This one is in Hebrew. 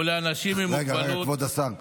ולאנשים עם מוגבלות, רגע, כבוד השר.